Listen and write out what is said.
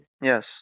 Yes